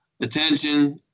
attention